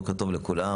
בוקר טוב לכולם,